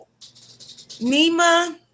Nima